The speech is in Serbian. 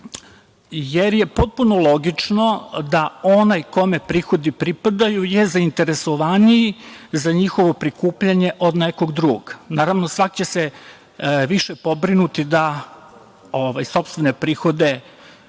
jer je potpuno logično da onaj kome prihodi pripadaju je zainteresovaniji za njihovo prikupljanje od nekog drugog. Naravno, svako će se više pobrinuti da sopstvene prihode